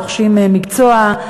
רוכשים מקצוע.